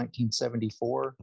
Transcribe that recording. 1974 –